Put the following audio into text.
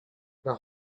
the